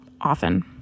often